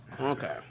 Okay